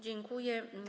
Dziękuję.